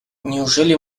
неужели